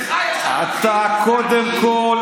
לך יש ערכים קודם כול,